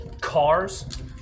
cars